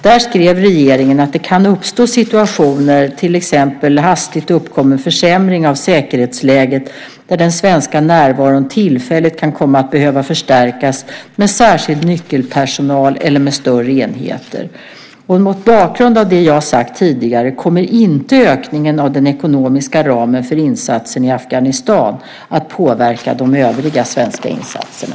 Där skrev regeringen att det kan uppstå situationer, till exempel en hastigt uppkommen försämring av säkerhetsläget, där den svenska närvaron tillfälligt kan komma att behöva förstärkas med särskild nyckelpersonal eller med större enheter. Mot bakgrund av det jag sagt tidigare kommer inte ökningen av den ekonomiska ramen för insatsen i Afghanistan att påverka de övriga svenska insatserna.